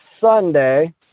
sunday